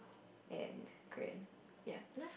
and Korean ya